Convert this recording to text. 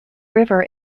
river